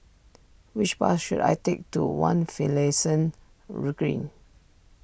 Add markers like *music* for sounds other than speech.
which bus should I take to one Finlayson *unintelligible* Green